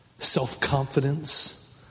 self-confidence